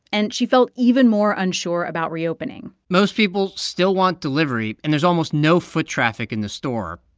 and she felt even more unsure about reopening most people still want delivery, and there's almost no foot traffic in the store.